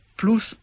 plus